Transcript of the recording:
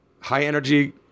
high-energy